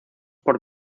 por